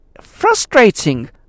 frustrating